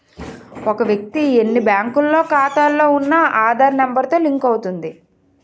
ఒక వ్యక్తి ఎన్ని బ్యాంకుల్లో ఖాతాలో ఉన్న ఆధార్ నెంబర్ తో లింక్ అవుతుంది